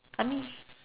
I mean